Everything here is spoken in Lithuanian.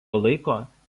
laiko